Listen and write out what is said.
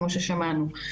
כמו ששמענו,